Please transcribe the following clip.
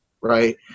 Right